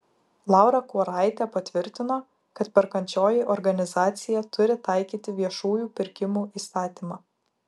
laura kuoraitė patvirtino kad perkančioji organizacija turi taikyti viešųjų pirkimų įstatymą